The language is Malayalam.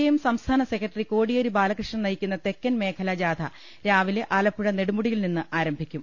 ഐഎം സംസ്ഥാന സെക്രട്ടറി കോടിയേരി ബാലകൃഷ്ണൻ ന യിക്കുന്ന തെക്കൻ മേഖലജാഥ രാവിലെ ആലപ്പുഴ നെടുമുടിയിൽ നിന്ന് ആരംഭിക്കും